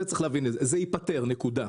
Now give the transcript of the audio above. זה ייפתר, נקודה.